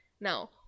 Now